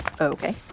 Okay